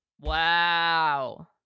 Wow